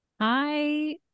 hi